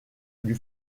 lui